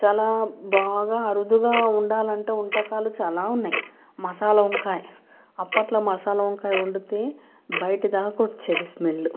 చాలా బాగా అరుదుగా వండాలంటే వంటకాలు చాలా ఉన్నాయి మసాలా వంకాయ అప్పట్లో మసాలా వంకాయ వండితే బయటిదాకా వచ్చేది స్మెల్